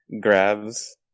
grabs